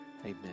amen